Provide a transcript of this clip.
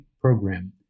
program